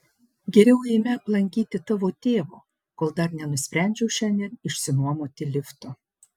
geriau eime aplankyti tavo tėvo kol dar nenusprendžiau šiandien išsinuomoti lifto